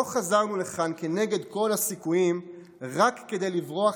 לא חזרנו לכאן כנגד כל הסיכויים רק כדי לברוח